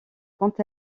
quant